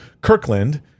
Kirkland